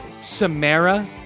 Samara